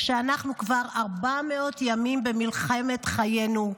כשאנחנו כבר 400 ימים במלחמת חיינו,